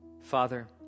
Father